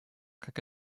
как